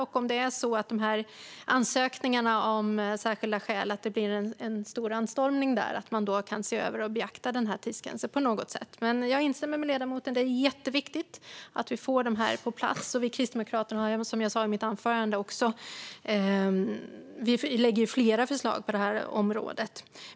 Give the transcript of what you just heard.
Jag hoppas också att man om det blir en stor anstormning av ansökningar där särskilda skäl åberopas kan se över frågan om tidsgränser på något sätt. Jag instämmer med ledamoten att det är jätteviktigt att vi får dessa reformer på plats. Som jag sa i mitt anförande lägger vi kristdemokrater fram flera förslag på området.